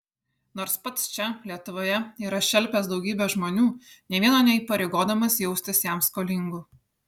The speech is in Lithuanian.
nors pats čia lietuvoje yra šelpęs daugybę žmonių nė vieno neįpareigodamas jaustis jam skolingu